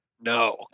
No